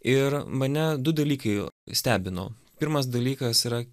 ir mane du dalykai stebino pirmas dalykas yra